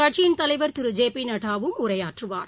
கட்சியின் தலைவர் திரு ஜே பிநட்டாவும் உரையாற்றுவார்